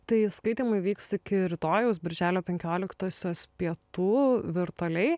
tai skaitymai vyks iki rytojaus birželio penkioliktosios pietų virtualiai